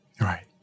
Right